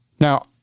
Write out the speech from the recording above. Now